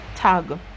Tag